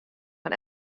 fan